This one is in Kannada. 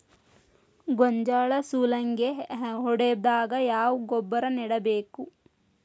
ಗೋಂಜಾಳ ಸುಲಂಗೇ ಹೊಡೆದಾಗ ಯಾವ ಗೊಬ್ಬರ ನೇಡಬೇಕು?